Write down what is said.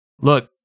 look